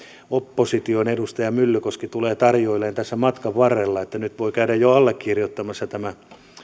opposition edustaja myllykoski tulee tarjoilemaan tässä matkan varrella nyt voi käydä jo allekirjoittamassa tämän